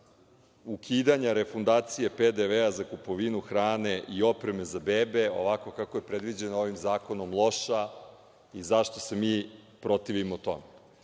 ukidanja refundacije PDV-a za kupovinu hrane i opreme za bebe, ovako kako je predviđeno ovim zakonom, loša i zašto se mi protivimo tome.U